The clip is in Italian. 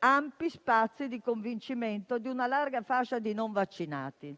ampi spazi di convincimento di una larga fascia di non vaccinati.